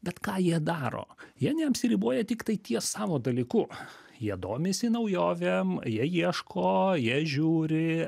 bet ką jie daro jie neapsiriboja tiktai ties savo dalyku jie domisi naujovėm jie ieško jie žiūri